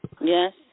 Yes